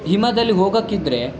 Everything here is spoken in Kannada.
ಹಿಮದಲ್ಲಿ ಹೋಗೋಕ್ಕಿದ್ರೆ